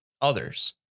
others